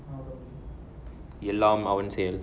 எல்லாம் அவன் செயல்:ellam avan seiyal